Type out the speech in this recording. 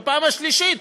בפעם השלישית,